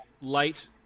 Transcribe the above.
light